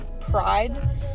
pride